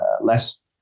less